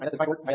4 V 6